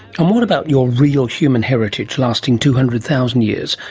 um what about your real human heritage lasting two hundred thousand years,